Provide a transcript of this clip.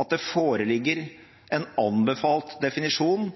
at det foreligger en anbefalt definisjon